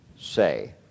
say